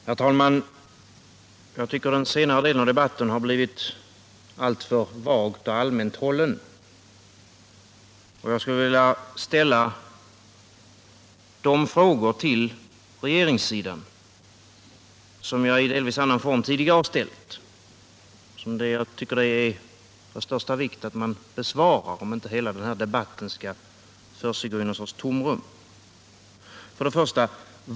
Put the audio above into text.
Herr talman! Jag tycker att den senare delen av debatten blivit alltför vagt och allmänt hållen. Jag skulle till regeringssidan vilja ställa de frågor som jag tidigare ställt i delvis annan form. Jag tycker det är av största vikt att de besvaras, för att inte hela den här debatten skall försiggå i något slags tomrum. 1.